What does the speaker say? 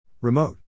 Remote